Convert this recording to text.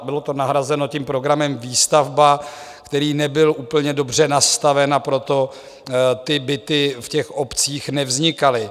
Bylo to nahrazeno tím programem Výstavba, který nebyl úplně dobře nastaven, a proto ty byty v těch obcích nevznikaly.